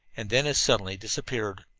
and then as suddenly disappeared.